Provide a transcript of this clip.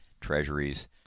treasuries